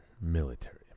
military